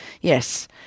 Yes